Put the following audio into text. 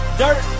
dirt